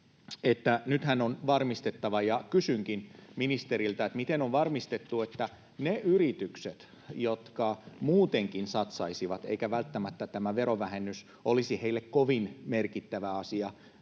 nythän on varmistettava, ja kysynkin ministeriltä, miten on varmistettu, että ne yritykset, jotka muutenkin satsaisivat ja joille tämä verovähennys ei välttämättä olisi kovin merkittävä asia